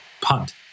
punt